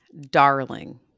Darling